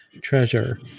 treasure